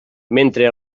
mentre